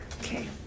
okay